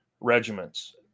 regiments